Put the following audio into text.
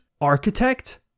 architect